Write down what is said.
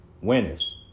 winners